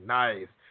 nice